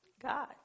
God